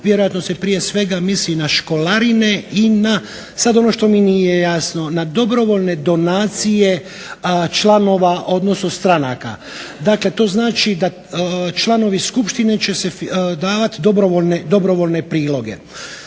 Vjerojatno se prije svega misli na školarine i na sad ono što mi nije jasno, na dobrovoljne donacije članova odnosno stranaka. Dakle, to znači da članovi skupštine će davati dobrovoljne priloge.